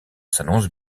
s’annonce